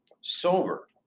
sober